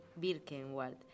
Birkenwald